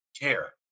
care